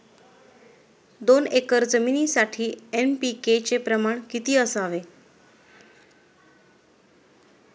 दोन एकर जमिनीसाठी एन.पी.के चे प्रमाण किती असावे?